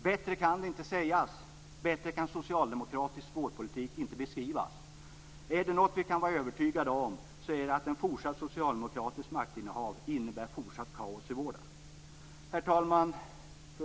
Bättre kan det inte sägas och bättre kan socialdemokratisk vårdpolitik inte beskrivas. Herr talman!